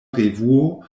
revuo